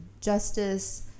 justice